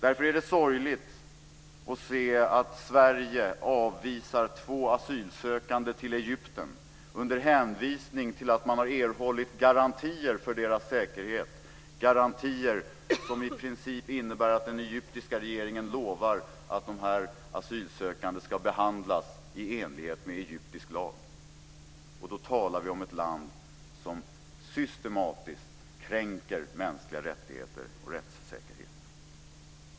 Därför är det sorgligt att se att Sverige avvisar två asylsökande till Egypten under hänvisning till att man har erhållit garantier för deras säkerhet - garantier som i princip innebär att den egyptiska regeringen lovar att dessa asylsökande ska behandlas i enlighet med egyptisk lag. Vi talar om ett land som systematiskt kränker mänskliga rättigheter och rättssäkerhet.